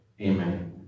amen